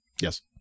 Yes